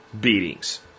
beatings